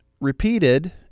repeated